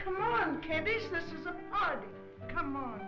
come on come on